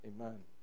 Amen